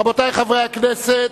רבותי חברי הכנסת,